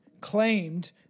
claimed